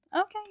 Okay